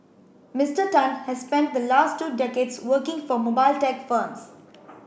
Mister Tan has spent the last two decades working for mobile tech firms